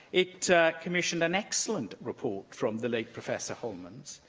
it commissioned an excellent report from the late professor holmans,